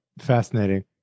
fascinating